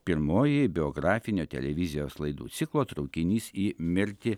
pirmoji biografinio televizijos laidų ciklo traukinys į mirtį